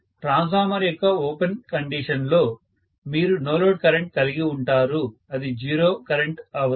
transformer యొక్క open condition లో మీరు నో లోడ్ కరెంటు కలిగి ఉంటారు అది జీరో కరెంటు అవదు